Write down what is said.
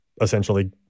essentially